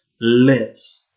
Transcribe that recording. lives